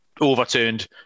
overturned